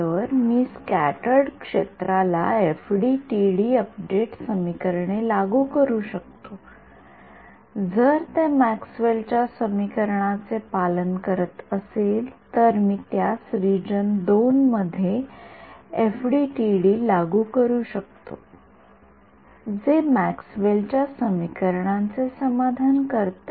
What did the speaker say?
तर मी स्क्याटर्ड क्षेत्राला एफडीटीडी अपडेट समीकरणे लागू करू शकतो जर ते मॅक्सवेलच्या समीकरणाचे पालन करत असेल तर मी त्यास रिजन II मध्ये एफडीटीडी लागू करू शकतो जे मॅक्सवेलच्या समीकरणांचे समाधान करते